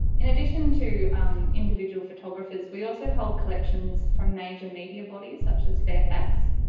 in addition to individual photographers we also hold collections from major media bodies such as fairfax.